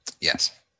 Yes